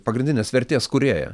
pagrindinės vertės kūrėją